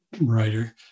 writer